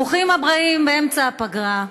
ברוכים הבאים באמצע הפגרה.